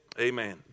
Amen